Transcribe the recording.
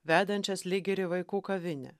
vedančias lyg ir į vaikų kavinę